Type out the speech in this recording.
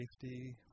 safety